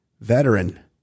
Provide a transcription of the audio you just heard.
veteran